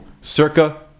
circa